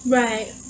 right